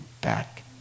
back